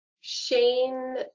Shane